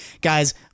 guys